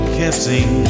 kissing